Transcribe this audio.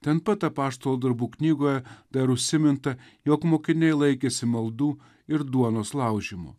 ten pat apaštalų darbų knygoje dar užsiminta jog mokiniai laikėsi maldų ir duonos laužymo